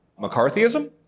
McCarthyism